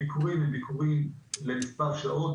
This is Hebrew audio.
הביקורים הם ביקורים למספר שעות,